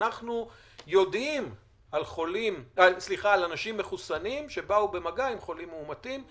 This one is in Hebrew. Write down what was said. שאנחנו יודעים על אנשים מחוסנים שבאו במגע עם חולים מאומתים,